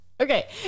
okay